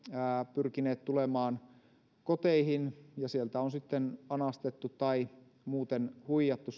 pyrkineet tulemaan koteihin ja sieltä on sitten anastettu tai muuten on huijattu